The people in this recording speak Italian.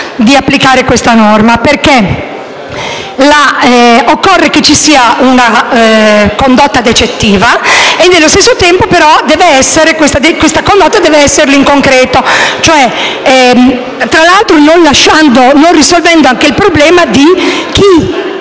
di applicare questa norma, perché occorre che ci sia una condotta decettiva e, allo stesso tempo, questa condotta deve esserlo in concreto. Tra l'altro, non si risolve il problema